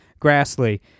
Grassley